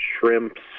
shrimps